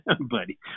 Buddy